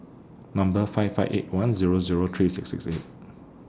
Number five five eight one Zero Zero three six six eight